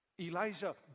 Elijah